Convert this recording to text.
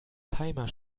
timer